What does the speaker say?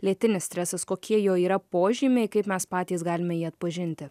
lėtinis stresas kokie jo yra požymiai kaip mes patys galime jį atpažinti